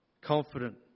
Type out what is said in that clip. confident